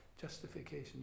justification